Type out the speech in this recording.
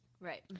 Right